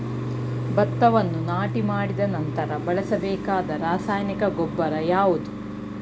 ಭತ್ತವನ್ನು ನಾಟಿ ಮಾಡಿದ ನಂತರ ಬಳಸಬೇಕಾದ ರಾಸಾಯನಿಕ ಗೊಬ್ಬರ ಯಾವುದು?